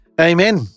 Amen